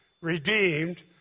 redeemed